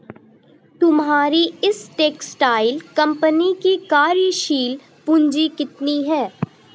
तुम्हारी इस textile company की कार्यशील पूंजी कितनी है?